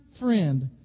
friend